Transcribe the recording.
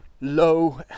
low